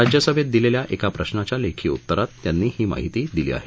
राज्यसभेत दिलेल्या एका प्रश्नाच्या लेखी उत्तरात त्यांनी ही माहिती दिली आहे